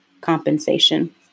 compensation